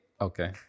okay